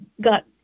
got